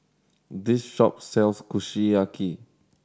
this shop sells Kushiyaki